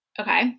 Okay